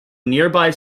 nearby